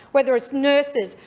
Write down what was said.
whether it's nurses,